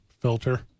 filter